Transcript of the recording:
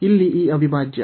ಇಲ್ಲಿ ಈ ಅವಿಭಾಜ್ಯ